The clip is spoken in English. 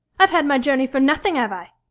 i've had my journey for nothing, have i?